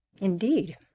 Indeed